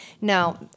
Now